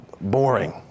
boring